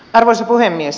arvoisa puhemies